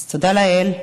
אז תודה לאל,